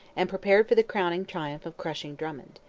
and prepared for the crowning triumph of crushing drummond.